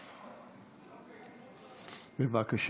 חמישה, בבקשה.